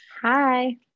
hi